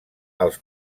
els